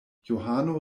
johano